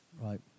Right